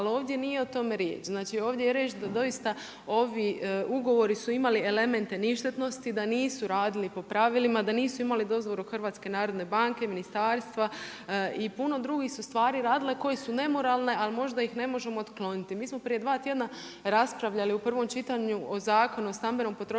Ali ovdje nije o tome riječ. Ovdje je riječ da doista, ovi ugovori su imali elemente ništetnosti, da nisu radili po pravilima, da nisu imali dozvolu HNB, ministarstva i puno drugih su stvari radile koje su nemoralne, ali možda ih ne možemo otkloniti. Mi smo prije dva tjedna raspravljali u prvom čitanju o Zakonu o stambenom potrošačkom